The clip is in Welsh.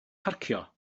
parcio